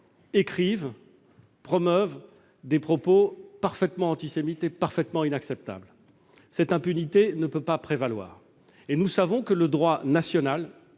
écrivent, promeuvent des propos parfaitement antisémites et parfaitement inacceptables. Cette impunité ne peut pas prévaloir. Nous savons que le droit national-